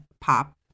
pop